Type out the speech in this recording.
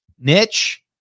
niche